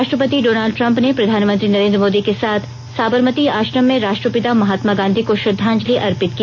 राष्ट्रपति Donald Trump ने प्रधानमंत्री नरेंद्र मोदी के साथ साबरमती आश्रम में राष्ट्रपिता महात्मा गांधी को श्रद्दांजलि अर्पित की